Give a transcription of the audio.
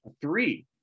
Three